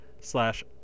slash